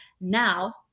Now